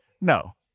No